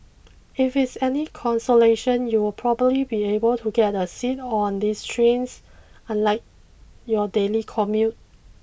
if it's any consolation you'll probably be able to get a seat on these trains unlike your daily commute